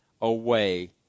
away